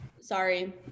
sorry